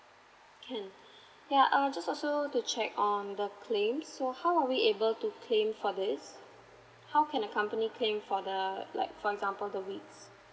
can yeah I'll just also to check on the claims so how are we able to claim for this how can a company claim for the like for example the weeks